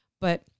But-